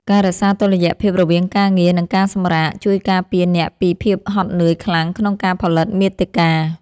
ការរក្សាតុល្យភាពរវាងការងារ និងការសម្រាក ជួយការពារអ្នកពីភាពហត់នឿយខ្លាំងក្នុងការផលិតមាតិកា។